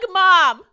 mom